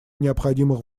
необходимых